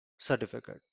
Certificate